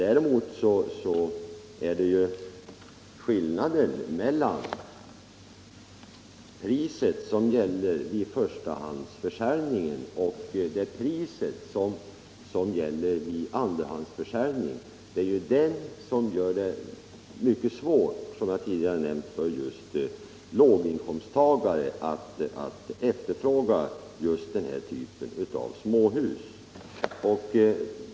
Däremot är det skillnaderna mellan priset vid förstahandsförsäljning och priset vid andrahandsförsäljning som gör det mycket svårt, så som jag tidigare nämnt, för just låginkomsttagare att efterfråga den här typen av småhus.